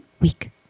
week